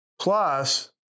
Plus